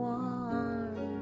one